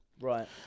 Right